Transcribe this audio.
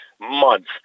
month